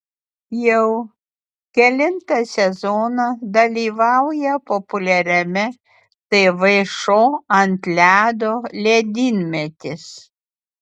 jau kelintą sezoną dalyvauja populiariame tv šou ant ledo ledynmetis